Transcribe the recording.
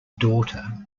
daughter